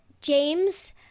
James